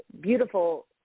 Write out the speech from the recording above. beautiful